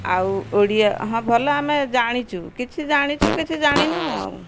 ଆଉ ଓଡ଼ିଆ ହଁ ଭଲ ଆମେ ଜାଣିଛୁ କିଛି ଜାଣିଛୁ କିଛି ଜାଣିନୁ ଆଉ